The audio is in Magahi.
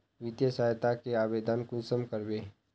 वित्तीय सहायता के आवेदन कुंसम करबे?